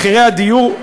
מחירי הדיור,